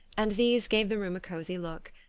and these gave the room a cosy look.